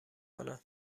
کنم